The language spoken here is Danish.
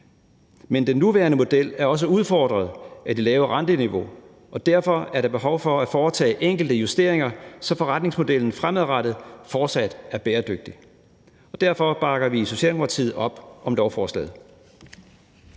Men den nuværende model er også udfordret af det lave renteniveau, og derfor er der behov for at foretage enkelte justeringer, så forretningsmodellen fremadrettet fortsat er bæredygtig. Derfor bakker vi i Socialdemokratiet op om lovforslaget.